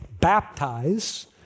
Baptize